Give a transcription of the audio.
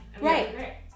Right